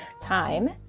time